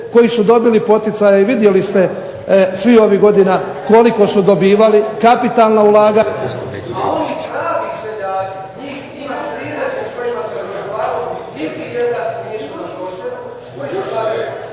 koji su dobili poticaje i vidjeli ste svih ovih godina koliko su dobivali, kapitalna ulaganja